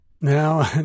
Now